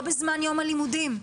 לא בזמן יום הלימודים.